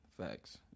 Facts